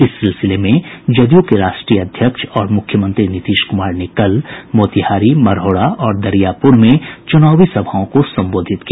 इस सिलसिले में जदयू के राष्ट्रीय अध्यक्ष और मुख्यमंत्री नीतीश कुमार ने कल मोतिहारी मढ़ौरा और दरियापुर में चुनावी सभाओं को संबोधित किया